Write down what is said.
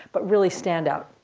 but really stand out.